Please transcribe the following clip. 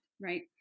right